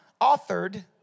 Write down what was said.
authored